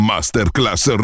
Masterclass